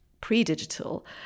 pre-digital